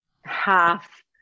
half